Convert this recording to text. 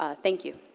ah thank you.